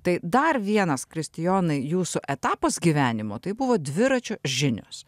tai dar vienas kristijonai jūsų etapas gyvenimo tai buvo dviračio žinios